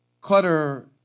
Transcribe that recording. Clutter